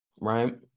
right